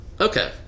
okay